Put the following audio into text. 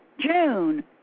June